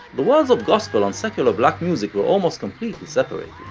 the worlds of gospel and secular black music were almost completely separated.